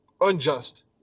unjust